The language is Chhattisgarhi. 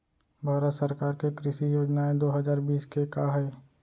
भारत सरकार के कृषि योजनाएं दो हजार बीस के का हे?